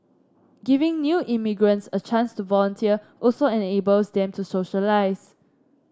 giving new immigrants a chance to volunteer also enables them to socialise